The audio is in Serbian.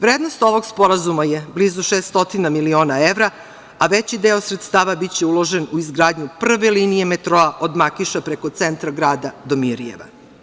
Vrednost ovog sporazuma je blizu 600 miliona evra, a veći deo sredstava biće uložen u izgradnju prve linije metroa, od Makiša, preko centra grada, do Mirijeva.